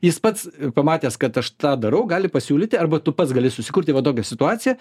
jis pats pamatęs kad aš tą darau gali pasiūlyti arba tu pats gali susikurti va tokią situaciją